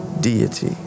deity